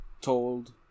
told